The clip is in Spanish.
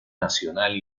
nacional